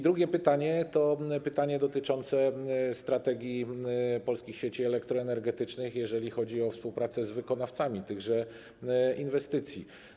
Drugie pytanie dotyczy strategii Polskich Sieci Elektroenergetycznych, jeżeli chodzi o współpracę z wykonawcami tychże inwestycji.